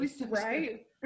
Right